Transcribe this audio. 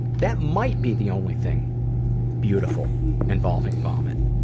that might be the only thing beautiful involving vomit.